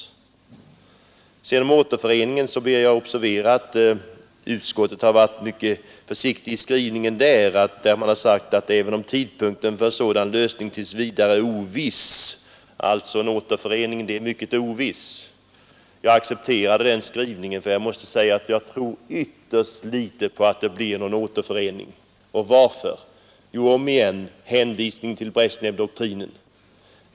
I fråga om återföreningen bör observeras att utskottet har varit mycket försiktigt i sin skrivning. Utskottet har sagt att tidpunkten för en återförening tills vidare är mycket oviss. Jag accepterade den skrivningen, ty jag måste säga att jag tror ytterst litet på att det blir någon återförening. Och varför? Jo, omigen en hänvisning till Bresjnevdoktrinen.